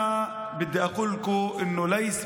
אני רוצה לומר לכם שלא נכון